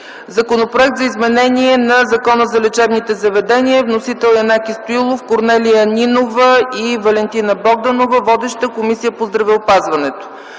Законопроект за изменение на Закона за лечебните заведения. Вносители – Янаки Стоилов, Корнелия Нинова и Валентина Богданова. Водеща е Комисията по здравеопазването;